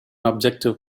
objective